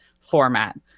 format